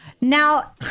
Now